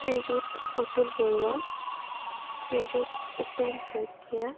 Srijut Atul Baruah Srijut Upan Saikia